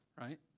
right